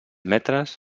metres